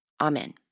Amen